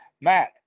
Matt